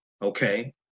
Okay